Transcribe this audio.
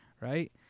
right